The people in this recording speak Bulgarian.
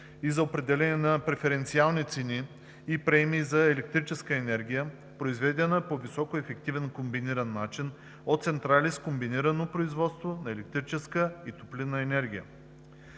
и за определяне на преференциални цени и премии за електрическата енергия, произведена по високоефективен комбиниран начин от централи с комбинирано производство на електрическа и топлинна енергия,